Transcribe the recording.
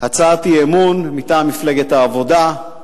הצעת אי-אמון מטעם מפלגת העבודה.